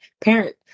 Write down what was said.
Parent